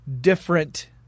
different